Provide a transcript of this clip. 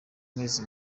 mezi